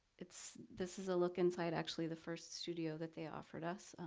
it's, this is a look inside actually the first studio that they offered us.